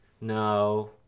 no